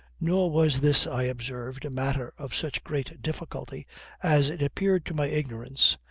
nor was this, i observed, a matter of such great difficulty as it appeared to my ignorance,